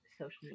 social